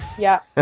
yeah.